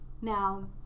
now